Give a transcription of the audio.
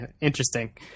interesting